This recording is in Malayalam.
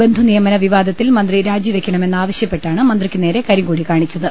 ബന്ധുനിയമന വിവാദത്തിൽ മന്ത്രി രാജി വെക്കണമെന്നാവശ്യപ്പെട്ടാണ് മന്ത്രിക്കുനേരെ കരിങ്കൊടി കാണിച്ചത്